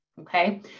okay